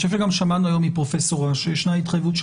אני חושב שגם שמענו היום מפרופ' אש שיש התחייבות של